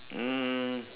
um